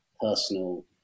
personal